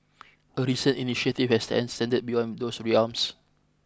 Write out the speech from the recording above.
a recent initiative has extended beyond those realms